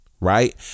right